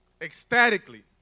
ecstatically